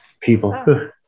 people